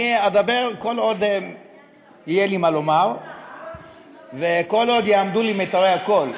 אני אדבר כל עוד יהיה לי מה לומר וכל עוד יעמדו לי מיתרי הקול.